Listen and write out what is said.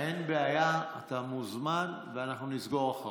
אין בעיה, אתה מוזמן, ואנחנו נסגור אחריך.